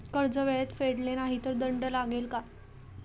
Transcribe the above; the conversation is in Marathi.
कर्ज वेळेत फेडले नाही तर दंड लागेल का?